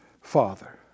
father